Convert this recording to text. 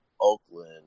Oakland